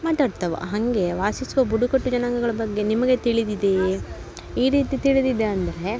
ಮಾತಾಡ್ತವೆ ಹಾಗೆ ವಾಸಿಸುವ ಬುಡಕಟ್ಟು ಜನಾಂಗಗಳ ಬಗ್ಗೆ ನಿಮಗೆ ತಿಳಿದಿದೆಯೇ ಈ ರೀತಿ ತಿಳಿದಿದೆ ಅಂದರೆ